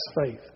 faith